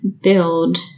build